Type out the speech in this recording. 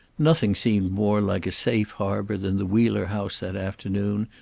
nothing seemed more like a safe harbor than the wheeler house that afternoon,